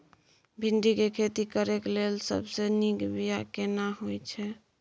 भिंडी के खेती करेक लैल सबसे नीक बिया केना होय छै?